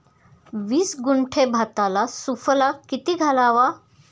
वीस गुंठे भाताला सुफला किती घालावा?